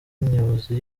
nyobozi